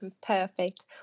perfect